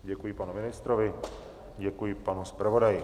Děkuji panu ministrovi, děkuji panu zpravodaji.